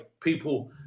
people